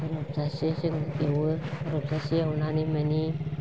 रेबजासे जों एवो रेबजासे एवनानै मानि